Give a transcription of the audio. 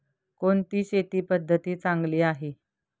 कोणती शेती पद्धती चांगली आहे?